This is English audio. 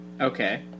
Okay